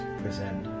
present